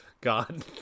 God